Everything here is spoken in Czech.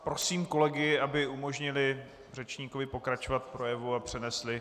Prosím kolegy, aby umožnili řečníkovi pokračovat v projevu a přenesli...